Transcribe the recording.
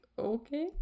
okay